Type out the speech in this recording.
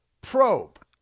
Probe